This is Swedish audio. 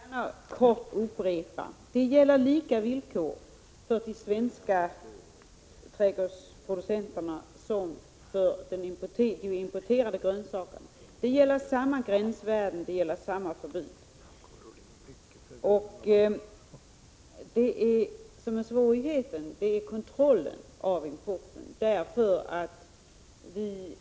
Herr talman! Jag vill gärna kort upprepa: Det gäller samma villkor för de svenska trädgårdsprodukterna som för importerade grönsaker. Det gäller samma gränsvärden och samma förbud. Det som är svårigheten är kontrollen av importen. Vi